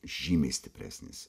žymiai stipresnis